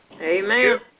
Amen